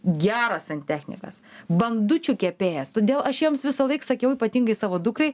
geras santechnikas bandučių kepėjas todėl aš jiems visąlaik sakiau ypatingai savo dukrai